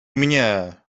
mnie